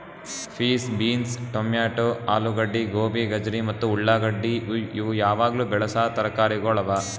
piece, beans, tomato, ಆಲೂಗಡ್ಡಿ, ಗೋಬಿ, ಗಜರಿ ಮತ್ತ ಉಳಾಗಡ್ಡಿ ಇವು ಯಾವಾಗ್ಲೂ ಬೆಳಸಾ ತರಕಾರಿಗೊಳ್ ಅವಾ